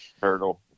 turtle